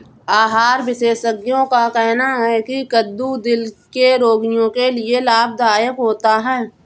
आहार विशेषज्ञों का कहना है की कद्दू दिल के रोगियों के लिए लाभदायक होता है